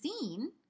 seen